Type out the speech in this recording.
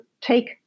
take